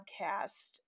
podcast